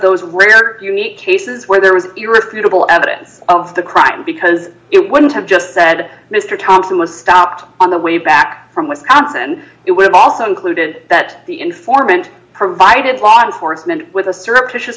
those rare unique cases where there was irrefutable evidence of the crime because it wouldn't have just said mr thompson was stopped on the way back from wisconsin it would have also included that the informant provided law enforcement with a sur